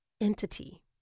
entity